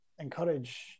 encourage